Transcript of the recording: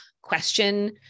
question